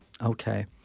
Okay